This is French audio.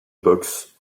boxe